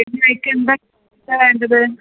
സ്പെഷ്യലായിട്ട് എന്ത് ഐറ്റാണ് വേണ്ടത്